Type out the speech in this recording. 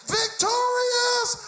victorious